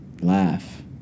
laugh